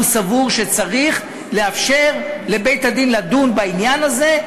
סבור שצריך לאפשר לבית-הדין לדון בעניין הזה,